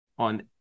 on